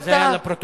זה היה לפרוטוקול?